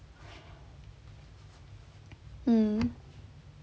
mm